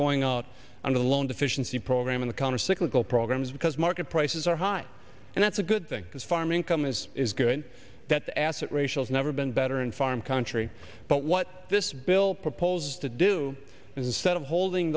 going out on the loan deficiency program in the countercyclical programs because market prices are high and that's a good thing because farming come this is good that asset ratios never been better in farm country but what this bill proposes to do instead of holding